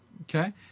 Okay